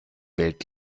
welt